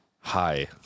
Hi